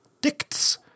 dicts